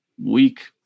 Weak